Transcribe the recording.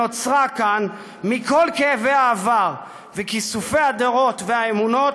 שנוצרה כאן מכל כאבי העבר וכיסופי הדורות והאמונות,